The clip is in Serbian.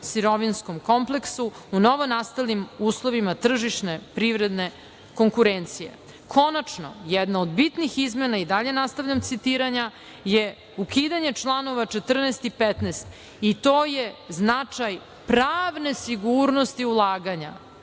mineralno-sirovinskom kompleksu u novonastalim uslovima tržišne privredne konkurencije. Konačno, jedna od bitnih izmena, i dalje nastavljam citiranja, je ukidanje članova 14. i 15. i to je značaj pravne sigurnosti ulaganja,